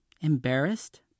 Embarrassed